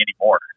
anymore